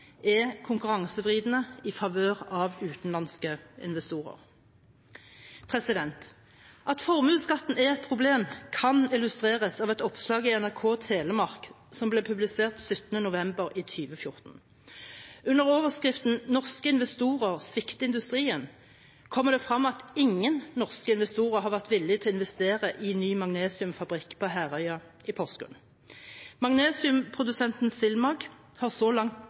er konkurransevridende i favør av utenlandske investorer. At formuesskatten er et problem, kan illustreres av et oppslag i NRK Telemark som ble publisert 17. november 2014. Under overskriften «Norske investorer svikter industrien» kommer det frem at ingen norske investorer har vært villige til å investere i ny magnesiumfabrikk på Herøya i Porsgrunn. Magnesiumprodusenten SilMag har så langt